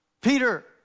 Peter